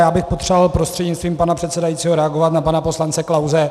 Já bych potřeboval prostřednictvím pana předsedajícího reagovat na pana poslance Klause.